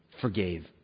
forgave